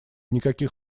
никаких